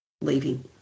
leaving